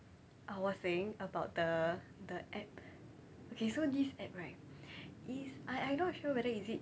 I was saying about the the app okay so this app right is I I not sure whether is it